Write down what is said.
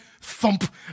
thump